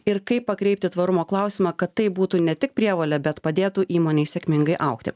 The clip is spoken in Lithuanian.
ir kaip pakreipti tvarumo klausimą kad tai būtų ne tik prievolė bet padėtų įmonei sėkmingai augti